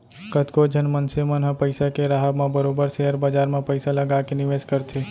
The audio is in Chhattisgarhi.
कतको झन मनसे मन ह पइसा के राहब म बरोबर सेयर बजार म पइसा लगा के निवेस करथे